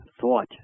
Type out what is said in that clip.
thought